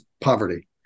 poverty